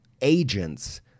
agents